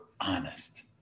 honest